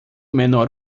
menor